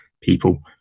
people